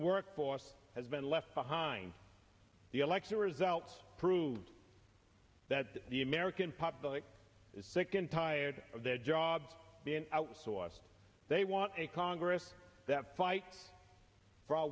workforce has been left behind the election results proved that the american public is sick and tired of their jobs being outsourced they want a congress that fight for our